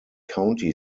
county